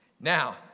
Now